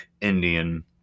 Indian